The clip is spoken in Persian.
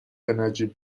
نجیب